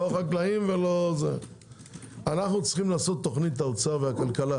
אנחנו צריכים לעשות, האוצר והכלכלה,